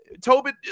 Tobin